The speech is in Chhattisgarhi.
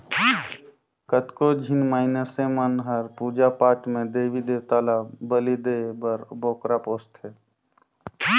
कतको झिन मइनसे मन हर पूजा पाठ में देवी देवता ल बली देय बर बोकरा पोसथे